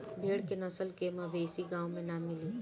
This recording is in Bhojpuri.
भेड़ के नस्ल के मवेशी गाँव में ना मिली